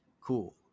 Cool